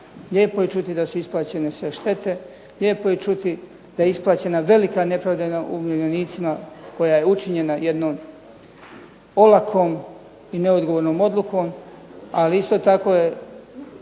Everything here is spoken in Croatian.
Lijepo je čuti da su isplaćene sve štete, lijepo je čuti da je isplaćena velika nepravda umirovljenicima koja je učinjena jednom olakom i neodgovornom odlukom, ali isto tako je